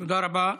תודה רבה.